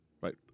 Right